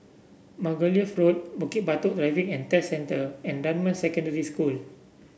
Margoliouth Road Bukit Batok Driving And Test Centre and Dunman Secondary School